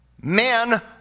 Men